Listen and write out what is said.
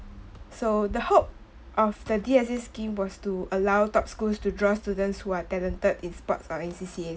so the hope of the D_S_A scheme was to allow top schools to draw students who are talented in sports or in C_C_A